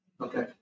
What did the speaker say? Okay